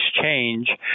change